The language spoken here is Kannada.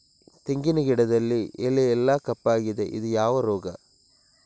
ತೆಂಗಿನ ಗಿಡದಲ್ಲಿ ಎಲೆ ಎಲ್ಲಾ ಕಪ್ಪಾಗಿದೆ ಇದು ಯಾವ ರೋಗ?